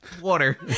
Water